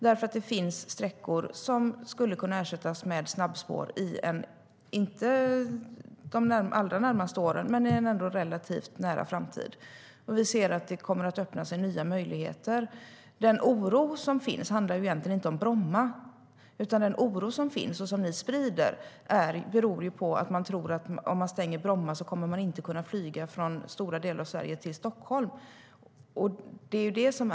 Det finns sträckor som skulle kunna ersättas med snabbspår - inte under de allra närmaste åren men ändå i en relativt nära framtid. Vi ser att nya möjligheter kommer att öppna sig. Den oro som finns handlar egentligen inte om Bromma. Den oro som finns, och som ni sprider, beror på att man tror att om Bromma stängs kommer man från stora delar av Sverige inte att kunna flyga till Stockholm.